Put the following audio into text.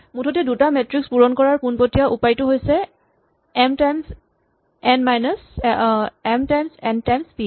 মুঠতে দুটা সেট্ৰিক্স পূৰণ কৰাৰ পোণপটীয়া উপায়টো হৈছে M times N times P